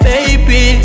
Baby